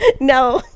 no